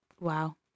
wow